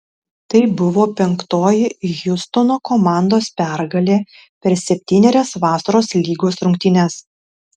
tai buvo penktoji hjustono komandos pergalė per septynerias vasaros lygos rungtynes